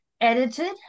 edited